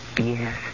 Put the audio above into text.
Yes